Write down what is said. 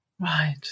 Right